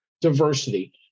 diversity